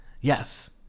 Yes